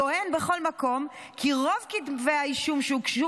טוען בכל מקום כי רוב כתבי האישום שהוגשו